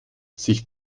sich